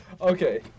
okay